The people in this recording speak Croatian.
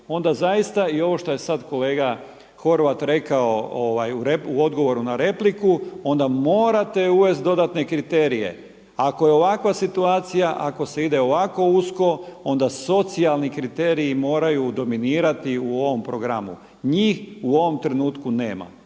onda zaista i ovo što je sad kolega Horvat rekao u odgovoru na repliku onda morate uvesti dodatne kriterije. Ako je ovakva situacija, ako se ide ovako usko onda socijalni kriteriji moraju dominirati u ovom programu. Njih u ovom trenutku nema.